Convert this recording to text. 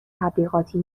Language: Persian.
تبلیغاتی